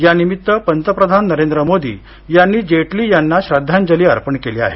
या निमित्त पंतप्रधान नरेंद्र मोदी यांनी जेटली यांना श्रद्धांजली अर्पण केली आहे